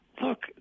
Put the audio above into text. Look